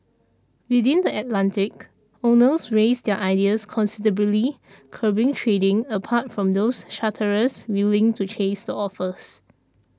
within the Atlantic owners raised their ideas considerably curbing trading apart from those charterers willing to chase the offers